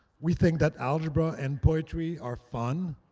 we think that algebra and poetry are fun,